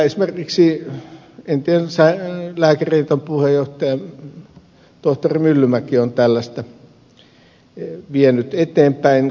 esimerkiksi entinen lääkäriliiton puheenjohtaja tohtori myllymäki on tällaista vienyt eteenpäin kouvolassa